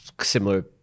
Similar